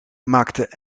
maakte